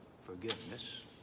forgiveness